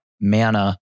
mana